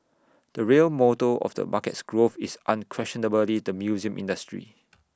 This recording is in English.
the real motor of the market's growth is unquestionably the museum industry